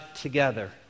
together